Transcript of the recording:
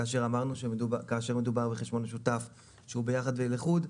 כאשר אמרנו שכשמדובר בחשבון משותף שהוא ביחד ולחוד,